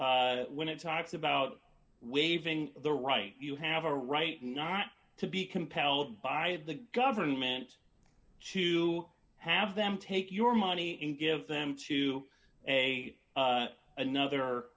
when it talks about waiving the right you have a right not to be compelled by the government to have them take your money and give them to a another